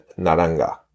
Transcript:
Naranga